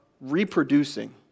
reproducing